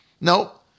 Nope